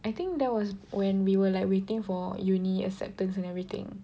I think that was when we were like waiting for uni acceptance and everything